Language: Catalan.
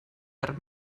per